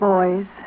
Boys